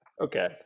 Okay